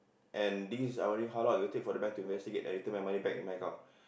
and these I worry how long it will take for the bank to investigate and return my money back into my account